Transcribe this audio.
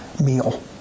meal